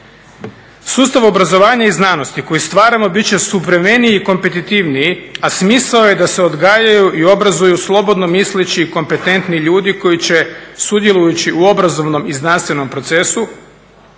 Sustav obrazovanja i znanosti koji stvaramo biti će suvremeniji i kompetitivniji a smisao je da se odgajaju i obrazuju slobodno misleći i kompetentni ljudi koji će sudjelujući u obrazovnom i znanstvenom procesu